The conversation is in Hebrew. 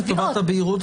לטובת הבהירות,